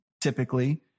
typically